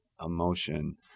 emotion